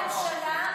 כולל ראש הממשלה.